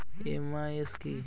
MIS কি?